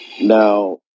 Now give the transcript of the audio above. Now